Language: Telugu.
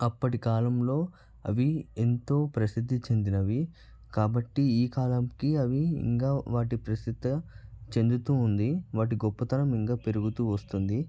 అప్పటి కాలంలో అవి ఎంతో ప్రసిద్ధి చెందినవి కాబట్టి ఈ కాలానికి అవి ఇంకా వాటి ప్రిసిద్ది చెందుతూ ఉంది వాటి గొప్పతనం ఇంగా పెరుగుతూ వస్తుంది